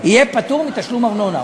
הוא יהיה פטור מתשלום ארנונה.